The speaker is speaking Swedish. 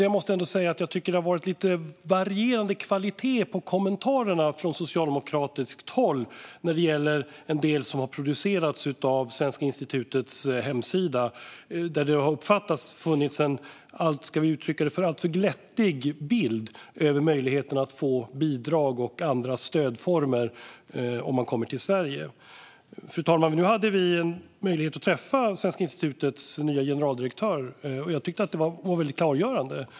Jag tycker att det har varit lite varierande kvalitet på kommentarerna från socialdemokratiskt håll när det gäller en del av det som har publicerats på Svenska institutets hemsida, där det, som det har uppfattats, har funnits en alltför glättig bild av möjligheten att få bidrag och andra stödformer om man kommer till Sverige. Vi har fått möjligheten att träffa Svenska institutets nya generaldirektör, fru talman. Jag tyckte att hon var väldigt klargörande.